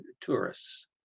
tourists